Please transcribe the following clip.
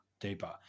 deeper